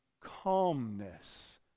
calmness